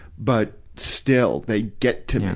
but still, they get to me.